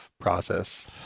process